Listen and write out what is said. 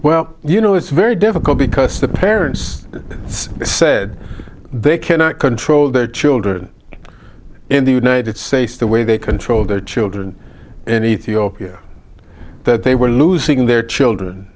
well you know it's very difficult because the parents said they cannot control their children in the united states the way they control their children in ethiopia that they were losing their children